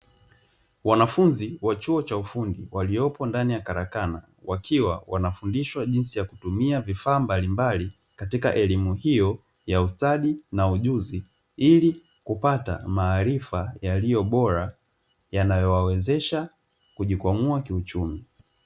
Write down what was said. Wanafunzi wa chuo cha ufundi waliopo ndani ya karakana, wakiwa wanafundishwa jinsi ya kutumia vifaa mbalimbali katika elimu hiyo ya ustadi na ujuzi, ili kupata maarifa yaliyo bora yanayowawezesha kujikwamua kiuchumi.